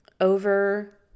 over